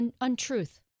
Untruth